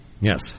Yes